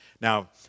Now